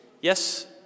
yes